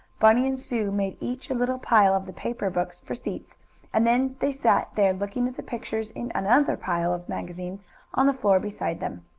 bunny and sue made each a little pile of the paper books for seats and then they sat there looking at the pictures in another pile of magazines on the floor beside them.